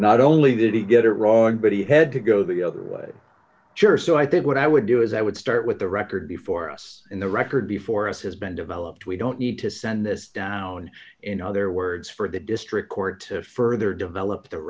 not only did he get it wrong but he had to go the other way juror so i think what i would do is i would start with the record before us in the record before us has been developed we don't need to send this down in other words for the district court to further develop